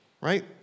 right